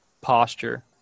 posture